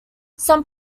some